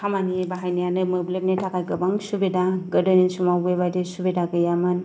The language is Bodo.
खामानि बाहायनायानो मोब्लिबनि थाखाय गोबां सुबिदा गोदोनि समाव बेबादि सुबिदा गैयामोन